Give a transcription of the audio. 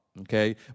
Okay